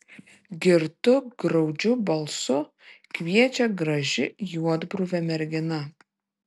girtu graudžiu balsu kviečia graži juodbruvė mergina